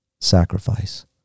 sacrifice